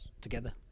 together